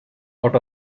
out